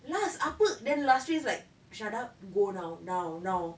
las apa then lasiri's like shut up go now now now